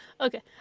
Okay